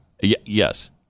Yes